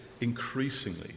increasingly